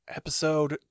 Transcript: episode